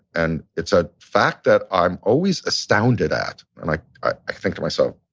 and it's a fact that i'm always astounded at, and i i think to myself,